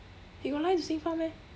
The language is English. he got lie to xin fang meh